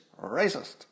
racist